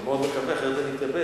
אני מאוד מקווה, אחרת אני אתייבש.